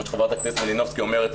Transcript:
כמו שחברת הכנסת מלינובסקי אומרת,